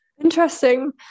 Interesting